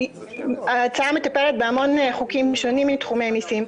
ההצעה מטפלת בהמון חוקים שונים מתחומי מיסים.